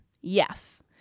Yes